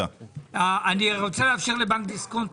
לפני בנק דיסקונט,